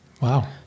Wow